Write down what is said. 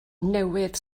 newydd